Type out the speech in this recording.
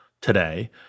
today